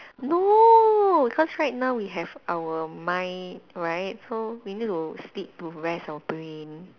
no because right now we have our mind right so we need to sleep to rest our brain